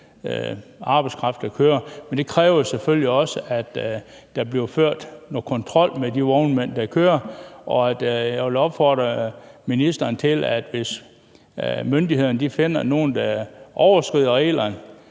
arbejdskraft, der kører, men det kræver selvfølgelig også, at der bliver ført noget kontrol med de vognmænd, der kører. Jeg vil opfordre ministeren til, at myndighederne ikke skal være